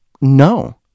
no